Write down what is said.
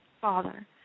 Father